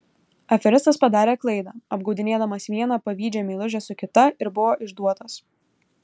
aferistas padarė klaidą apgaudinėdamas vieną pavydžią meilužę su kita ir buvo išduotas